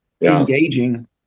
engaging